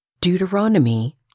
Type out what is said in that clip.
Deuteronomy